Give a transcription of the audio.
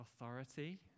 authority